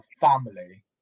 family